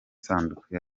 isanduku